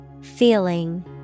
Feeling